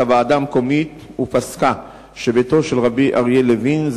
הוועדה המקומית ופסקה שביתו של רבי אריה לוין,